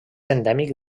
endèmic